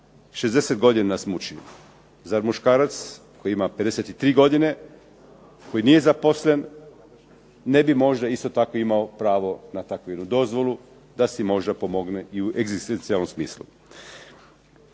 60 godina nas muči. Zar muškarac koji ima 53 godine, koji nije zaposlen, ne bi možda isto tako imao pravo na takvu jednu dozvolu da si možda pomogne i u egzistencijalnom smislu.